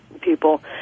people